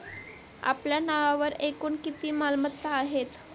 आपल्या नावावर एकूण किती मालमत्ता आहेत?